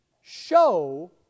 show